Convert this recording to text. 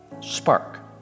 spark